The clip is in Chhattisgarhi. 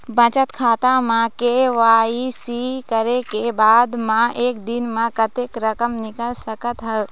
बचत खाता म के.वाई.सी करे के बाद म एक दिन म कतेक रकम निकाल सकत हव?